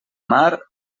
mar